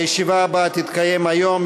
הישיבה הבאה תתקיים היום,